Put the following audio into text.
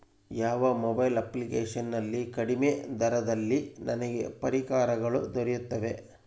ಯಾವ mobile application ನಲ್ಲಿ ಕಡಿಮೆ ದರದಲ್ಲಿ ನನಗೆ ಪರಿಕರಗಳು ದೊರೆಯುತ್ತವೆ?